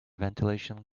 ventilation